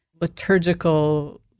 liturgical